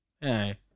hey